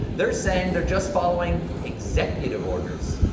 they're saying they're just following executive orders.